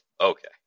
Okay